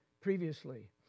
previously